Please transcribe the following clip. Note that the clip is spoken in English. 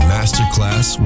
Masterclass